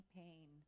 pain